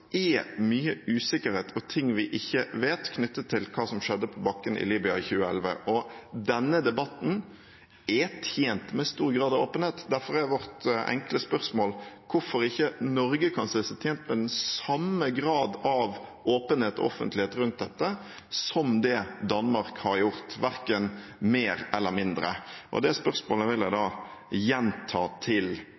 er mye usikkerhet og ting vi ikke vet, knyttet til hva som skjedde på bakken i Libya i 2011, og denne debatten er tjent med stor grad av åpenhet. Derfor er vårt enkle spørsmål hvorfor ikke Norge kan se seg tjent med den samme grad av åpenhet og offentlighet rundt dette som det Danmark har – verken mer eller mindre. Det spørsmålet vil jeg